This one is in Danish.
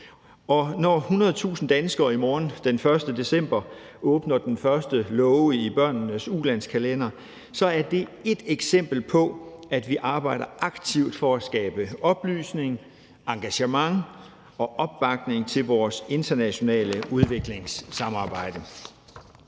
Når 100.000 danskere i morgen den 1. december åbner den første låge i Børnenes U-landskalender, er det et eksempel på, at vi arbejder aktivt for at skabe oplysning, engagement og opbakning til vores internationale udviklingssamarbejde.